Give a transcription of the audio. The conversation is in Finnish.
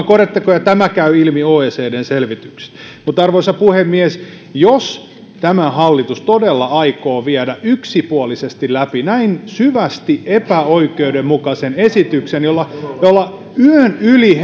korjattakoon ja tämä käy ilmi oecdn selvityksestä mutta arvoisa puhemies jos tämä hallitus todella aikoo viedä yksipuolisesti läpi näin syvästi epäoikeudenmukaisen esityksen jolla jolla yön yli